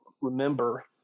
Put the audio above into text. remember